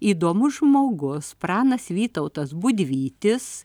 įdomus žmogus pranas vytautas budvytis